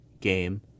game